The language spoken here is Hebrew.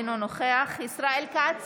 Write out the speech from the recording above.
אינו נוכח ישראל כץ,